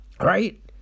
right